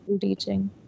teaching